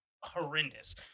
horrendous